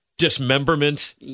Dismemberment